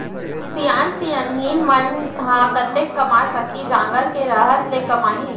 सियान सियनहिन मन ह कतेक कमा सकही, जांगर के रहत ले कमाही